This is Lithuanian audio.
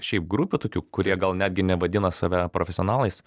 šiaip grupių tokių kurie gal netgi nevadina save profesionalais